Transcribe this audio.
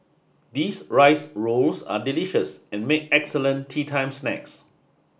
these rice rolls are delicious and make excellent teatime snacks